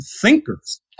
thinkers